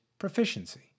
proficiency